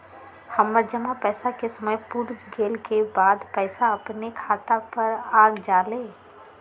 हमर जमा पैसा के समय पुर गेल के बाद पैसा अपने खाता पर आ जाले?